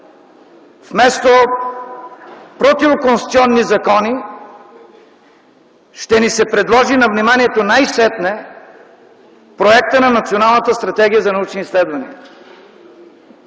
вместо противоконституционни закони, най-сетне ще ни се предложи на вниманието проект за Националната стратегия за научни изследвания?